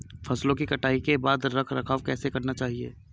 फसलों की कटाई के बाद रख रखाव कैसे करना चाहिये?